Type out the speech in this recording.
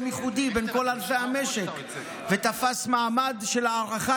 ייחודי בין כל ענפי המשק ותפס מעמד של הערכה,